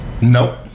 nope